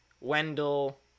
Wendell